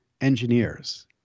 engineers